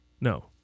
No